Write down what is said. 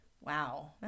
Wow